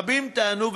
רבים טענו,